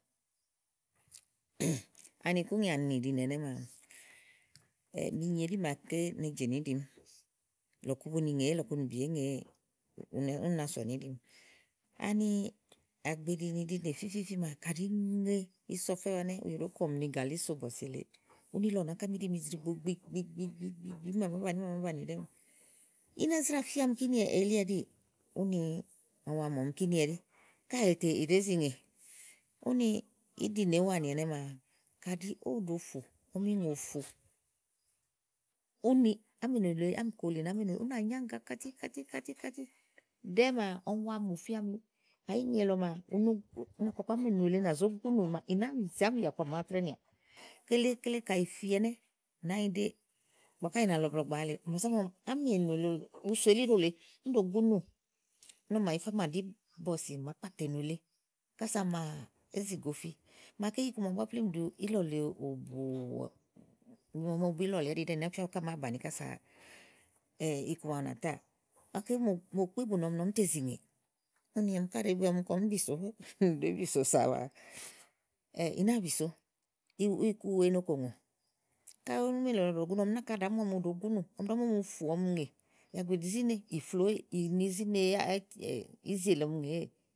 Ani ikúnyà nìɖinè ɛnɛ́ maa mìnyè dí màa ké ne jènì ìɖim, lɔ̀ku buni ŋèé, lɔ̀ku bu nì bì eŋeè, ún na so nì ìɖim ani àgbèɖi nìí ɖinè fifi maa kàɖi ìí ŋe, kàɖi ìí so ɔfɛ́ wa ùyèɖòó komì ɔm ni gàlí so bòsì èle, úni ìlɔ̀ nàá áná mííɖi mi ìzìɖìigbo gbi gbi gbi gbi gbi, úni à maúni à mà̀ábàni ɖɛ́ɛ́, ìna zráa fìa ni kíni ɛɖíì, úni ɔm wa mù ni kini ɛɖí. Káèè tè ì iɖèé zi ŋè úni íɖìnè úwani ɛnɛ́ maa. Kàɖi ó ɖo ùfù, ɔm ŋè ùfù. úni ámènù èle nì ámìko lèe nànyáàga kati kati kati kati ɖɛ́ɛ́ maa ɔm wa mu tia ni kàyi ìí ŋe lɔ maa, u na kɔkɔ ámènù èle nà zó gúnù màa ì ná mi ze ámìyàku à màáa trɛ́ɛ̀ nìà. Klekle, kàyi ì fí ɛnɛ́ nànyiɖe ígbɔ ká í nà lɔ iblɔ gbã le à mà zá mu ni ámènù èle ùú so ilígo lèe, úni ɖòo gúnù, úni màa tifá àmàɖí bɔ̀si à màá kpàtà ènù èle, kàsa à màá izìgo fi. Màáké iku màawu plém ɖìi ítɔ̀ lèe òbũɔm, i no bù ílɔ̀ lèe ɖɛ́ɛ, i ná fia ígbɔ ké à màáa bàni kasa iku màawu nà táà. Gàké mòmòkpi bù nɔ mi ni ɔɔ́m tè zi ŋè, úni ɔm ká úni ɔm káɖèe bi ɔm kɔɔ̀m bìso sà maa ì nàa bìso ihuiku wèe no kòŋó. Kà ámènù èle ɖòo gùnù, ɔm náka ì ɖá mu ni ù ɖo gúnù, ìɖá mumu ùfù ɔn ŋè.